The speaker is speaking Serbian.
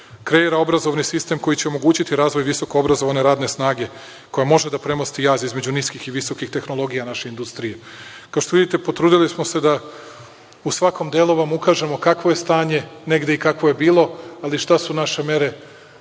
kreira obrazovni sistem koji će omogućiti razvoj visokoobrazovane radne snage koja može da premosti jaz između niskih i visokih tehnologija naše industrije. Kao što vidite, potrudili smo se da u svakom delu vam ukažemo kakvo je stanje negde i kakvo je bilo, ali šta su naše mere, kakvi